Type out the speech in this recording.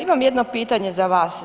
Imam jedno pitanje za vas.